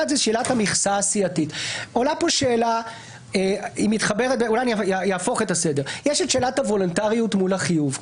יש את שאלת הוולונטריות מול החיוב.